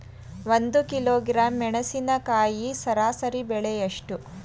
ಒಂದು ಕಿಲೋಗ್ರಾಂ ಮೆಣಸಿನಕಾಯಿ ಸರಾಸರಿ ಬೆಲೆ ಎಷ್ಟು?